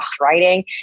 writing